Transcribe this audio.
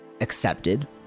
accepted